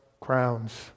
crowns